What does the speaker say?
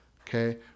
okay